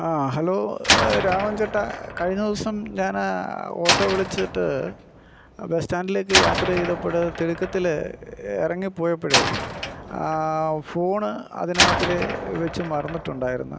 ആ ഹലോ രാമൻ ചേട്ടാ കഴിഞ്ഞ ദിവസം ഞാനാ ഓട്ടോ വിളിച്ചിട്ട് ബസ് സ്റ്റാൻഡിലേക്ക് യാത്ര ചെയ്തപ്പഴ് തിടുക്കത്തില് ഇറങ്ങി പോയപ്പഴേ ആ ഫോണ് അതിനകത്തില് വെച്ച് മറന്നിട്ടുണ്ടായിരുന്നു